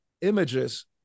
images